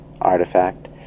artifact